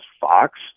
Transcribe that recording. Fox